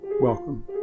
Welcome